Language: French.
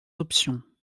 options